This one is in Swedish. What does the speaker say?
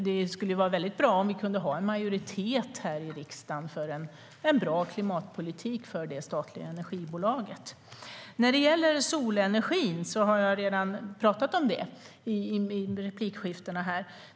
Det skulle vara väldigt bra om vi kunde ha en majoritet här i riksdagen för en bra klimatpolitik för det statliga energibolaget. När det gäller solenergin har jag redan pratat om den i tidigare replikskiften.